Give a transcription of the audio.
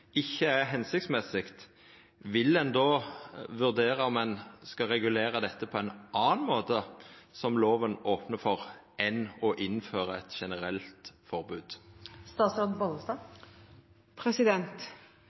ikkje er føremålstenleg, vil ein då vurdera om ein skal regulera dette på ein annan måte, som loven opnar for, enn å innføra eit generelt